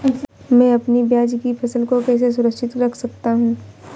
मैं अपनी प्याज की फसल को कैसे सुरक्षित रख सकता हूँ?